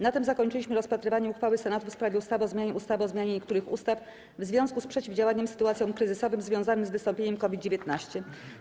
Na tym zakończyliśmy rozpatrywanie uchwały Senatu w sprawie ustawy o zmianie ustawy o zmianie niektórych ustaw w związku z przeciwdziałaniem sytuacjom kryzysowym związanym z wystąpieniem COVID-19.